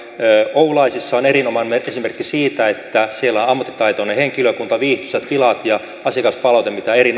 oulaisissa on erinomainen esimerkki siitä että siellä on ammattitaitoinen henkilökunta viihtyisät tilat ja asiakaspalaute mitä